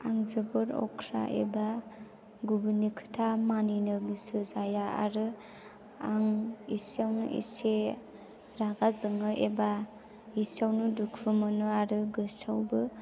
आं जोबोद अख्रा एबा गुबुननि खोथा मानिनो गोसो जाया आरो आं एसेआवनो एसे रागा जोङो एबा एसेआवनो दुखु मोनो आरो गोसोआवबो